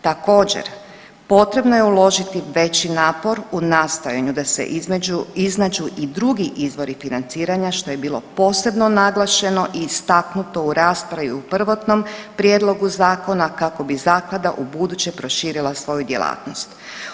Također potrebno je uložiti veći napor u nastojanju da se između, iznađu i drugi izvori financiranja što je bilo posebno naglašeno i istaknuto u raspravi u prvotnom prijedlogu zakona kako bi zaklada ubuduće proširila svoju djelatnost.